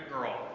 girl